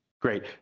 Great